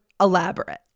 elaborate